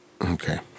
Okay